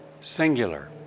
singular